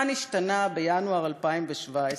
מה נשתנה בינואר 2017?